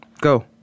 go